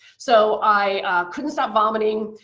so i couldn't stop vomiting,